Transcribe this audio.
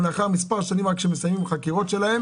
גם לאחר מספר שנים עד שמסיימים חקירות שלהם